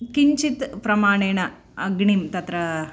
किञ्चित् प्रमाणेन अग्निं तत्र